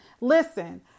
Listen